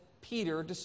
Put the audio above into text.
Peter